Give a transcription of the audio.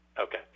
Okay